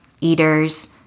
eaters